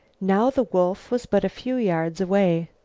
now the wolf was but a few yards away.